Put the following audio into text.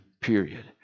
period